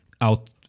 out